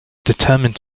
determined